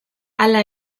hala